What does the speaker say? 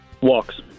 Walks